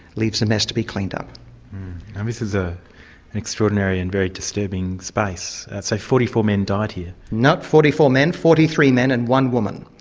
leaves a mess to be cleaned up. and this is ah an extraordinary and very disturbing space. so forty four men died here. not forty four men, forty three men and one woman.